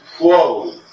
whoa